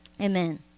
Amen